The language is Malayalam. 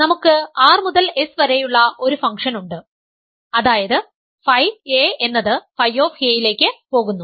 നമുക്ക് R മുതൽ S വരെയുള്ള ഒരു ഫംഗ്ഷൻ ഉണ്ട് അതായത് фa എന്നത് ф ലേക്ക് പോകുന്നു